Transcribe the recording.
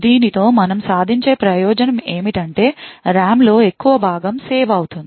దీనితో మనం సాధించే ప్రయోజనం ఏమిటంటే RAM లో ఎక్కువ భాగం సేవ్ అవుతుంది